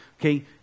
Okay